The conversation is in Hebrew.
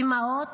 אימהות,